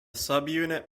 subunit